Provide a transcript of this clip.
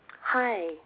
Hi